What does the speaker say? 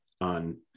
on